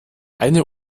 eine